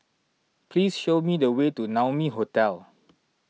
please show me the way to Naumi Hotel